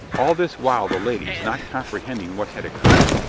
all this while the ladies, not comprehending what had occurred,